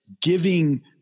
giving